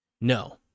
No